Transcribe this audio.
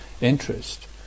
interest